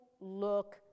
look